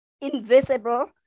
invisible